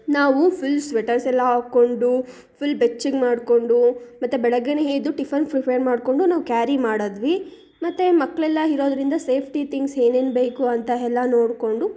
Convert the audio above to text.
ನಾವು ಫುಲ್ ಸ್ವೆಟರ್ಸೆಲ್ಲ ಹಾಕಿಕೊಂಡು ಫುಲ್ ಬೆಚ್ಚಗೆ ಮಾಡಿಕೊಂಡು ಮತ್ತು ಬೆಳಿಗ್ಗೆ ಎದ್ದು ಟಿಫನ್ ಫ್ರಿಫೇರ್ ಮಾಡಿಕೊಂಡು ನಾವು ಕ್ಯಾರಿ ಮಾಡಿದ್ವಿ ಮತ್ತು ಮಕ್ಕಳೆಲ್ಲ ಇರೋದ್ರಿಂದ ಸೇಫ್ಟಿ ತಿಂಗ್ಸ್ ಏನೇನು ಬೇಕು ಅಂತ ಎಲ್ಲ ನೋಡಿಕೊಂಡು